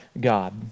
god